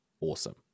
awesome